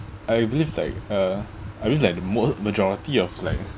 I believe like uh I believe like the mo~ majority of like